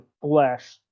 flesh